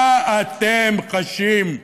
מה אתם חשים?